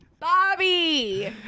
Bobby